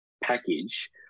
package